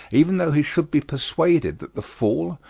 even though he should be persuaded that the fool,